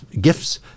gifts